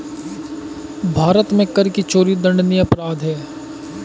भारत में कर की चोरी दंडनीय अपराध है